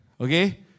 Okay